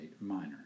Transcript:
minor